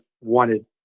wanted